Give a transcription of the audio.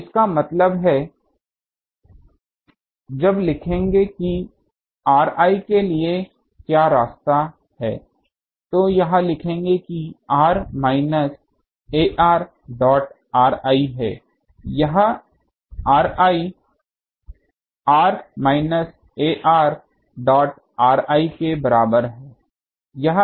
तो इसका मतलब है जब लिखेंगे कि ri के लिए क्या रास्ता है तो यह लिखेंगे कि r minus ar dot ri है यह ri r minus ar dot ri के बराबर है